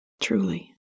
Truly